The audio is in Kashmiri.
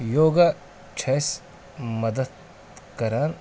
یوگا چھِ اَسہِ مدتھ کَران